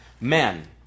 men